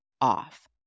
off